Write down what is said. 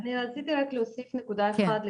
לא אני רציתי רק להוסיף נקודה אחת,